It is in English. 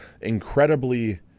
incredibly